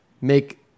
make